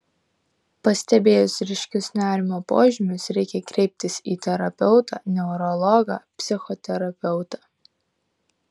pastebėjus ryškius nerimo požymius reikia kreiptis į terapeutą neurologą psichoterapeutą